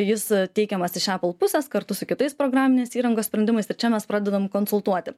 jis teikiamas iš apple pusės kartu su kitais programinės įrangos sprendimais ir čia mes pradedam konsultuoti